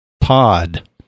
pod